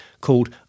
called